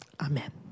Amen